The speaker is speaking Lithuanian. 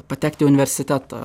patekti į universitetą